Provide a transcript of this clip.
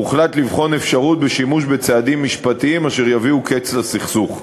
הוחלט לבחון אפשרות של שימוש בצעדים משפטיים אשר יביאו קץ לסכסוך.